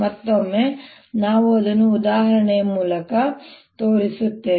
ಮತ್ತೊಮ್ಮೆ ನಾವು ಅದನ್ನು ಉದಾಹರಣೆಯ ಮೂಲಕ ತೋರಿಸುತ್ತೇವೆ